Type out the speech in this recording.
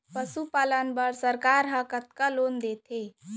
पशुपालन बर सरकार ह कतना लोन देथे?